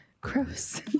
Gross